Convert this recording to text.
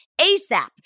ASAP